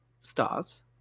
stars